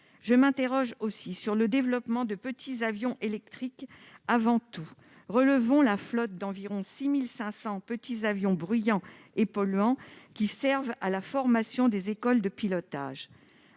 je m'interroge sur le développement des petits avions électriques. Avant tout, renouvelons la flotte d'environ 6 500 petits avions bruyants et polluants qui servent à la formation des écoles de pilotage.